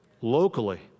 locally